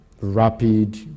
rapid